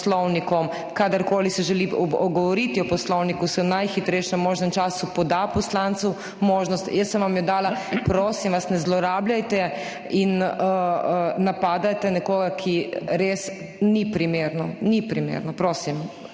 poslovnikom, kadarkoli se želi govoriti o poslovniku, v najhitrejšem možnem času poda poslancu možnost, jaz sem vam jo dala. Prosim vas, ne zlorabljajte in napadaje nekoga, ker res ni primerno. Ni primerno. Prosim,